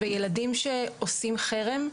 וילדים שעושים חרם,